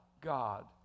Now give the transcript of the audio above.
God